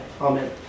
Amen